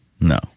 No